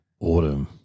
autumn